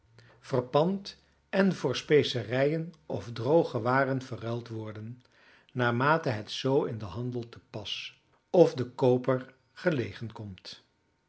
verpand en voor specerijen of droge waren verruild worden naarmate het zoo in den handel te pas of den kooper gelegen komt